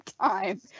time